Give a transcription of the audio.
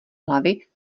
hlavy